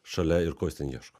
šalia ir ko jis ten ieško